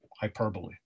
hyperbole